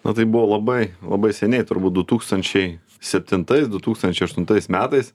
nu tai buvo labai labai seniai turbūt du tūkstančiai septintais du tūkstančiai aštuntais metais